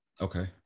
Okay